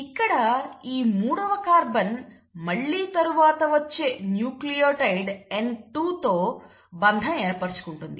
ఇక్కడ ఈ మూడవ కార్బన్ మళ్లీ తరువాత వచ్చే న్యూక్లియోటైడ్ N2 తో బంధం ఏర్పరచుకుంటుంది